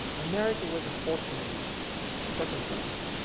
america was a fortunate circumstance,